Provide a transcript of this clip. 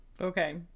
okay